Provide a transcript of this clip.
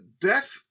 death